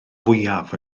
fwyaf